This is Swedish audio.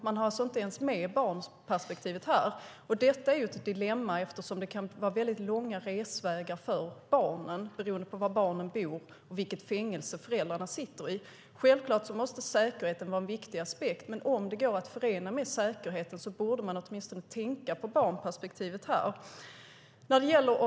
Man har alltså inte ens med barnperspektivet här, och det är ett dilemma eftersom det kan vara väldigt långa resvägar för barnen beroende på var barnen bor och på vilket fängelse föräldrarna sitter. Självklart måste säkerheten vara en viktig aspekt, men om det går att förena med säkerheten borde man åtminstone tänka på barnperspektivet när det gäller detta.